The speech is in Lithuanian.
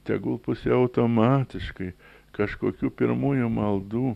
tegul pusiau automatiškai kažkokių pirmųjų maldų